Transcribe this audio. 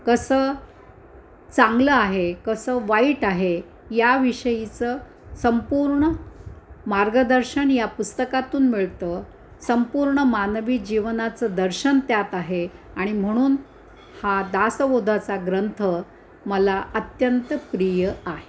कसं चांगलं आहे कसं वाईट आहे या विषयीचं संपूर्ण मार्गदर्शन या पुस्तकातून मिळतं संपूर्ण मानवी जीवनाचं दर्शन त्यात आहे आणि म्हणून हा दासवोधाचा ग्रंथ मला अत्यंत प्रिय आहे